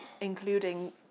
including